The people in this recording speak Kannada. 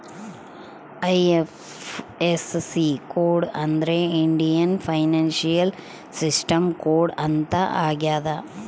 ಐ.ಐಫ್.ಎಸ್.ಸಿ ಕೋಡ್ ಅಂದ್ರೆ ಇಂಡಿಯನ್ ಫೈನಾನ್ಶಿಯಲ್ ಸಿಸ್ಟಮ್ ಕೋಡ್ ಅಂತ ಆಗ್ಯದ